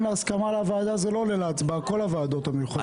להסכמה על הוועדה כל הוועדות המיוחדות לא עולות להצבעה,